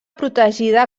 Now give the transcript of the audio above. protegida